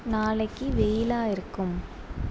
நாளைக்கு வெயிலாக இருக்கும்